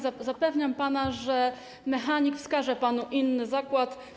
Zapewniam pana, że mechanik wskaże panu inny zakład.